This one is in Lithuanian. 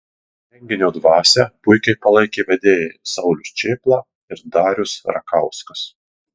renginio dvasią puikiai palaikė vedėjai saulius čėpla ir darius rakauskas